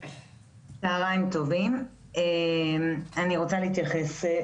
צהריים טובים, אני רוצה להתייחס.